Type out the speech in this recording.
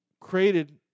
created